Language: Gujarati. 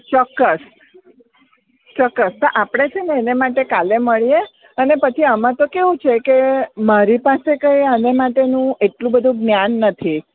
ચોક્કસ ચોક્કસ તો આપણે છે ને એને માટે કાલે મળીએ અને પછી આમાં તો કેવું છે કે મારી પાસે કંઈ આને માટેનું એટલું બધું જ્ઞાન નથી